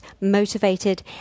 motivated